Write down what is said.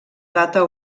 data